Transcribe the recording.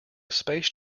space